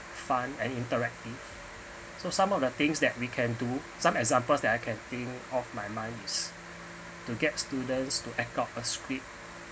fun and interactive so some of the things that we can do some examples that I can think off my mind is to get students to act out a script